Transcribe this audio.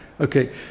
Okay